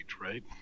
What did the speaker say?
right